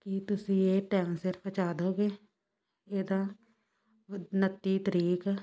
ਕੀ ਤੁਸੀਂ ਇਹ ਟਾਈਮ ਸਿਰ ਪਹੁੰਚਾ ਦਉਂਗੇ ਇਹਦਾ ਉਨੱਤੀ ਤਰੀਕ